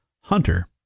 Hunter